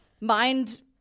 mind